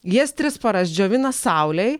jas tris paras džiovina saulėj